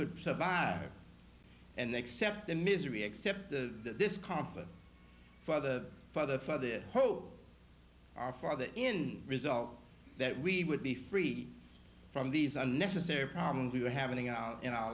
could survive and accept the misery except the this conflict for the father for the hope our father in result that we would be free from these unnecessary problems we were having out in our